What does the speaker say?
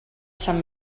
sant